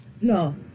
no